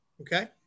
Okay